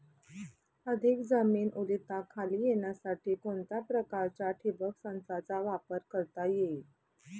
अधिक जमीन ओलिताखाली येण्यासाठी कोणत्या प्रकारच्या ठिबक संचाचा वापर करता येईल?